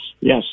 Yes